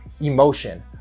emotion